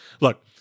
look